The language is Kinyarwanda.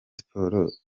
sports